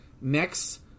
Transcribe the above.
next